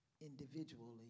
individually